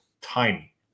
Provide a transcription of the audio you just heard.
tiny